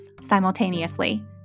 simultaneously